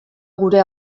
gure